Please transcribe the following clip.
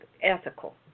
ethical